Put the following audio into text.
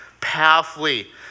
powerfully